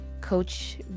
coach